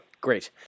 great